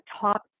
top